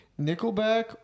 Nickelback